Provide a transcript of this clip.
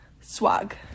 Swag